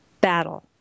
battle